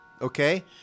okay